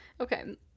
okay